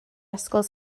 ysgol